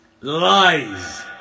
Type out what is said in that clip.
Lies